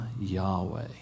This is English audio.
Yahweh